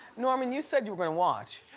norman you said you were gonna watch.